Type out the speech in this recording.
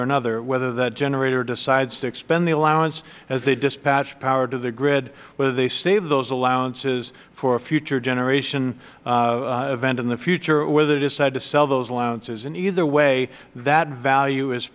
or another whether that generator decides to expend the allowance as they dispatch power to the grid whether they save those allowances for a future generation event in the future or whether they decide to sell those allowances and either way that value is